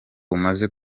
umaze